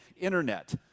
Internet